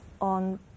on